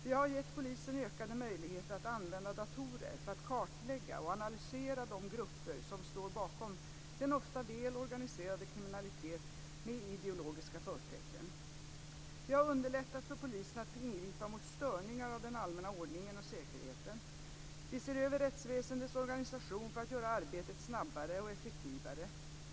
Vi har gett polisen ökade möjligheter att använda datorer för att kartlägga och analysera de grupper som står bakom den ofta väl organiserade kriminaliteten med ideologiska förtecken. Vi har underlättat för polisen att ingripa mot störningar av den allmänna ordningen och säkerheten. Vi ser över rättsväsendets organisation för att göra arbetet snabbare och effektivare.